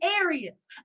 areas